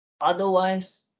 Otherwise